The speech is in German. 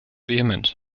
vehement